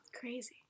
Crazy